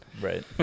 Right